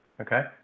Okay